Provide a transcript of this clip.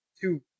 two